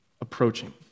approaching